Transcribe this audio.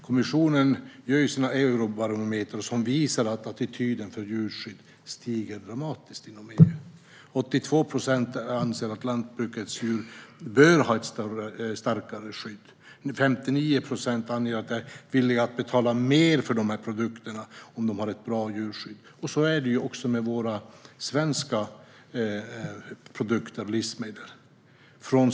Kommissionen gör sina Eurobarometrar, som visar en dramatiskt ändrad attityd till djurskyddet inom EU. 82 procent anser att lantbrukets djur bör ha ett starkare skydd. 59 procent uppger att de är villiga att betala mer för produkterna om de har ett bra djurskydd. Så är det också med våra svenska produkter och livsmedel.